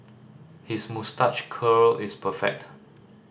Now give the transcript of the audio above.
his moustache curl is perfect